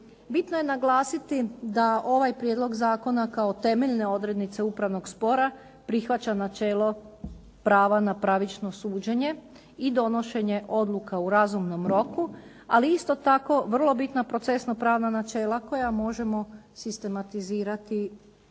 Bitno je naglasiti da ovaj prijedlog zakona kao temeljne odrednice upravnog spora prihvaća načelo prava na pravično suđenje i donošenje odluka u razumnom roku, ali isto tako vrlo bitna procesno pravna načela koja možemo sistematizirati